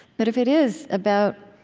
but if it is about,